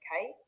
okay